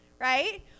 right